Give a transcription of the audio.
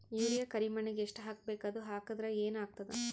Urea ಕರಿಮಣ್ಣಿಗೆ ಎಷ್ಟ್ ಹಾಕ್ಬೇಕ್, ಅದು ಹಾಕದ್ರ ಏನ್ ಆಗ್ತಾದ?